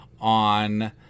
on